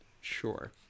sure